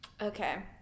Okay